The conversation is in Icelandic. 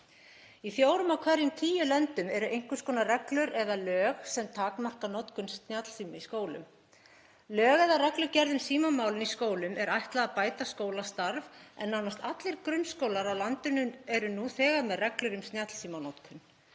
Í fjórum af hverjum tíu löndum eru einhvers konar reglur eða lög sem takmarka notkun snjallsíma í skólum. Lögum eða reglugerð um símamálin í skólum er ætlað að bæta skólastarf en nánast allir grunnskólar á landinu eru nú þegar með reglur um snjallsímanotkun.